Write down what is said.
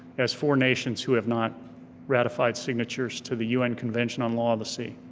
as four nations who have not ratified signatures to the un convention on law of the sea.